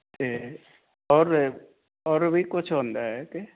ਤੇ ਔਰ ਔਰ ਵੀ ਕੁਝ ਹੁੰਦਾ ਕਿ